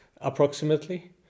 approximately